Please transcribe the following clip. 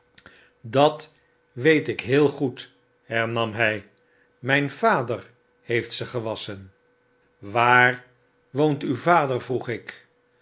dat weet ik heel goed hernam hy myn vader heeft ze gewasschen waar woont uw vader vroeg ik